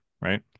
right